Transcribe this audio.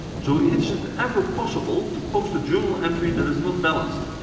so is it ever possible to post a journal entry that is not balanced?